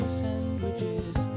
sandwiches